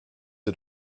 est